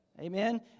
Amen